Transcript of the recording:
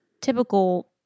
typical